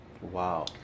wow